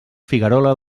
figuerola